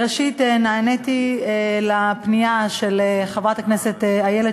ראשית נעניתי לפנייה של חברת הכנסת איילת